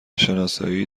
شناسایی